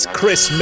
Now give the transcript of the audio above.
Chris